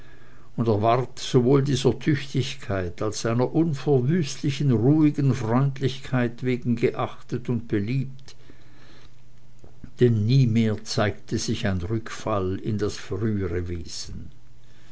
und er ward sowohl dieser tüchtigkeit als seiner unverwüstlichen ruhigen freundlichkeit wegen geachtet und beliebt denn nie mehr zeigte sich ein rückfall in das frühere wesen